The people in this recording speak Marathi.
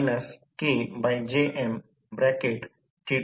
आता Z e1ची गणना करा 1